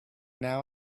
now